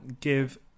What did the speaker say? give